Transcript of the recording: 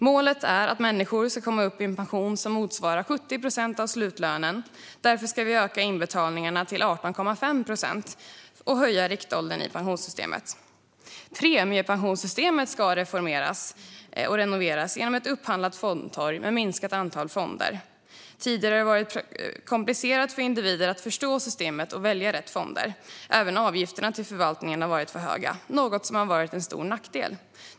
Målet är att människor ska komma upp i en pension som motsvarar 70 procent av slutlönen. Därför ska vi öka inbetalningarna till 18,5 procent och höja riktåldern i pensionssystemet. Premiepensionssystemet ska reformeras och renoveras genom ett upphandlat fondtorg med minskat antal fonder. Tidigare har det varit komplicerat för individer att förstå systemet och välja rätt fonder. Dessutom har avgifterna till förvaltningen varit för höga, vilket har varit en stor nackdel.